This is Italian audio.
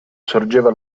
sorgeva